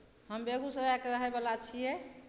हम बेगूसरायके रहैवला छिए